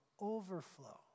overflow